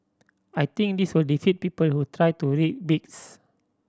I think this will defeat people who try to rig bids